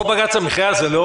בג"ץ המחייה הוא לא